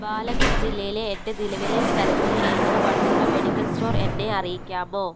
ബാലഘട്ട് ജില്ലയിൽ എൻ്റെ നിലവിലെ സ്ഥലത്തിന് ഏറ്റവും അടുത്തുള്ള മെഡിക്കൽ സ്റ്റോർ എന്നെ അറിയിക്കാമോ